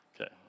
Okay